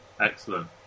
excellent